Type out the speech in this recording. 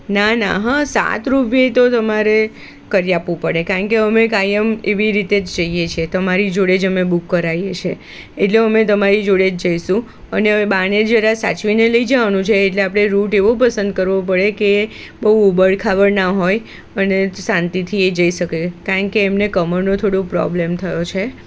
ના ના હા સાત રૂપિયે તો તમારે કરી આપવું પડે કારણ કે અમે કાયમ એવી રીતે જ જઈએ છીએ તમારી જોડે જ અમે બૂક કરાવીએ છે એટલે અમે તમારી જોડે જ જઈશું અને હવે બાને જરા સાચવીને લઈ જવાનું છે એટલે આપણે રૂટ એવો પસંદ કરવો પડે કે બહું ઊબડ ખાબડ ન હોય અને શાંતિથી એ જઈ શકે કારણ કે એમને કમરનો થોડો પ્રોબ્લેમ થયો છે